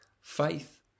faith